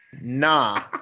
nah